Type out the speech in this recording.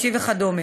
חודשי וכדומה.